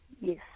Yes